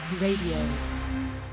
Radio